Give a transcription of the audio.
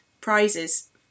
prizes